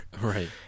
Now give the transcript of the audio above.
Right